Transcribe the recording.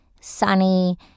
sunny